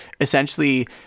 essentially